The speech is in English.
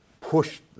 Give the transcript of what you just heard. pushed